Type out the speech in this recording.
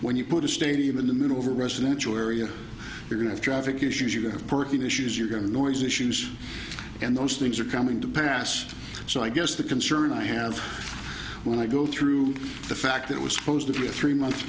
when you put a stadium in the middle of a residential area you're going to traffic issues you have perking issues you're going to noise issues and those things are coming to pass so i guess the concern i have when i go through the fact that was supposed to be a three month